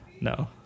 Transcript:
No